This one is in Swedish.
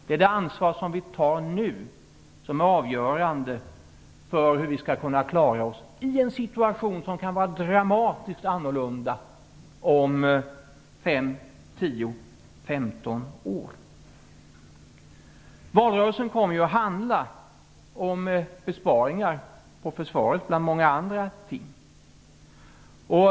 Det är det ansvar som vi tar nu som är avgörande för hur vi skall kunna klara oss i en situation som kan vara dramatiskt annorlunda om Valrörelsen kom bland många andra ting att handla om besparingar inom försvaret.